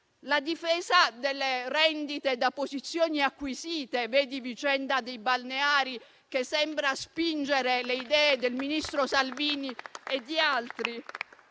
La difesa delle rendite da posizioni acquisite, vedi la vicenda dei balneari, che sembra spingere le idee del ministro Salvini e di altri?